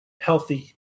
healthy